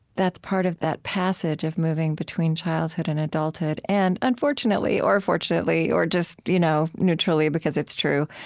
that's part of that passage of moving between childhood and adulthood. and unfortunately, or fortunately, or just you know neutrally, because it's true,